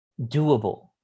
doable